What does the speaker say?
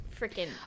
freaking